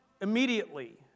immediately